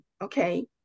Okay